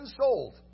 sold